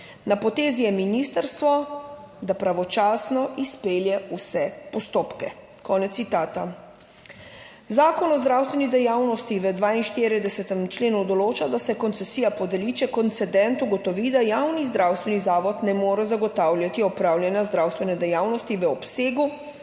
Na potezi je ministrstvo, da pravočasno izpelje vse postopke.« Konec citata. Zakon o zdravstveni dejavnosti v 42. členu določa, da se koncesija podeli, če koncedent ugotovi, da javni zdravstveni zavod ne more zagotavljati opravljanja zdravstvene dejavnosti v obsegu,